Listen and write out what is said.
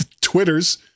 Twitter's